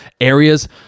areas